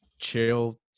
chill